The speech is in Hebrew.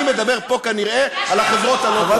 אני מדבר פה כנראה על החברות הלא-טובות.